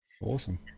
awesome